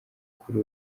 kuri